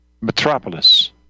Metropolis